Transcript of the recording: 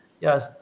Yes